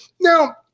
Now